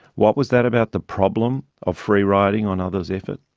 what was that about the problem of free riding on others' effort?